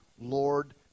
Lord